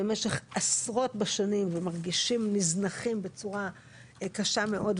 במשך עשרות בשנים ומרגישים מוזנחים בצורה קשה מאוד,